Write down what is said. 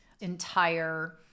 entire